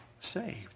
saved